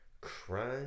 Crime